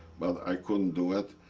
but i couldn't do it.